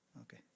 Okay